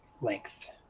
length